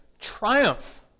triumph